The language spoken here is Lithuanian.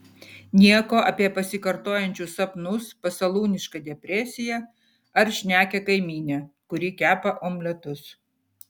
nieko apie pasikartojančius sapnus pasalūnišką depresiją ar šnekią kaimynę kuri kepa omletus